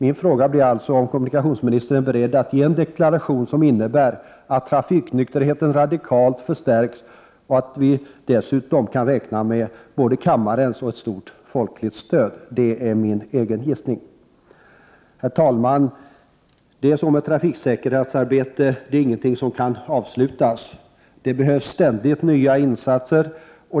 Min fråga blir alltså om kommunikationsministern är beredd att ge en deklaration, som innebär att trafiknykterheten radikalt förstärks. Jag hoppas att vi dessutom kan räkna med kammarens och ett stort folkligt stöd. Det är min egen gissning. Trafiksäkerhetsarbetet är ingenting som kan avslutas. Det behövs ständigt nya insatser.